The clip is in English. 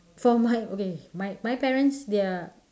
for my okay my my parents they are